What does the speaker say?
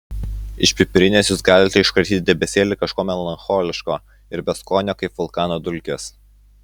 iš pipirinės jūs galite iškratyti debesėlį kažko melancholiško ir beskonio kaip vulkano dulkės